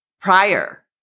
prior